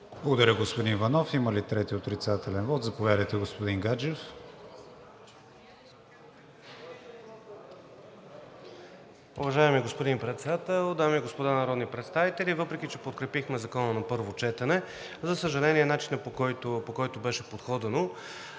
Благодаря, господин Иванов. Има ли трети отрицателен вот? Заповядайте, господин Гаджев. ХРИСТО ГАДЖЕВ (ГЕРБ-СДС): Уважаеми господин Председател, дами и господа народни представители! Въпреки че подкрепихме Закона на първо четене, за съжаление, начинът, по който беше подходено,